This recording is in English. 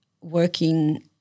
working